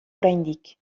oraindik